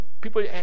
people